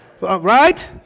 Right